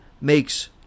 makes